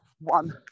One